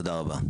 תודה רבה.